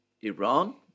Iran